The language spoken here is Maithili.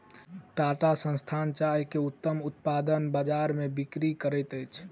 टाटा संस्थान चाय के उत्तम उत्पाद बजार में बिक्री करैत अछि